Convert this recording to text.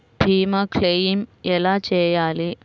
భీమ క్లెయిం ఎలా చేయాలి?